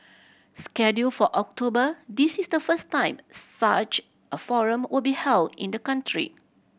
scheduled for October this is the first time such a forum will be held in the country